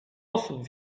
osób